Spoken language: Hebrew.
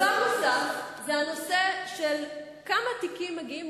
דבר נוסף זה הנושא של כמה תיקים מגיעים